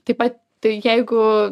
taip pat tai jeigu